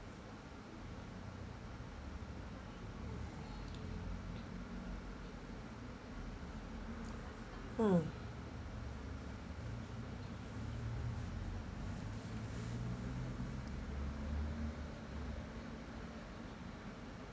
hmm